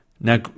Now